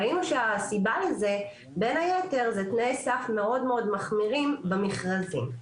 ראינו שהסיבה לזה היא בין היתר תנאי סף מאוד-מאוד מחמירים במכרזים.